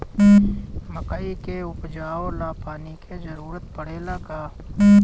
मकई के उपजाव ला पानी के जरूरत परेला का?